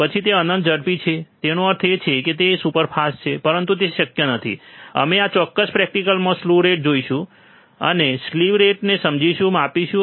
પછી અમે અનંત ઝડપી છે તેનો અર્થ એ છે કે તે સુપરફાસ્ટ છે પરંતુ તે શક્ય નથી અમે આ ચોક્કસ પ્રેકટિકલમાં સ્લ્યુ રેટ જોશું અને અમે સ્લીવ રેટને સમજીશું અને માપીશું